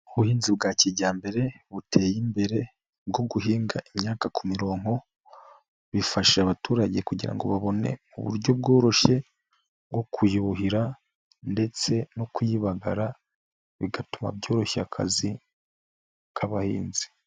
Ubuhinzi bwa kijyambere buteye imbere bwo guhinga imyaka ku mirongo bifasha abaturage kugira ngo babone uburyo bworoshye bwo kuyubuhira ndetse no kuyibagara bigatuma byoroshya akazi k'abahinzi.